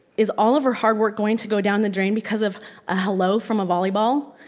is all of her hard work going to go down the drain because of a hello from a volleyball?